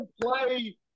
play